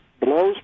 blows